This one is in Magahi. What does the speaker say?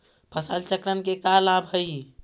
फसल चक्रण के का लाभ हई?